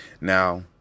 Now